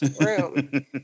room